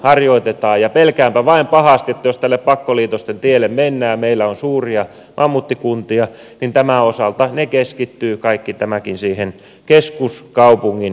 pelkäänpä vain pahasti että jos tälle pakkoliitosten tielle mennään niin meillä on suuria ammattikuntia jotka tämän osalta keskittyvät nämäkin kaikki sinne keskuskaupungin ympärille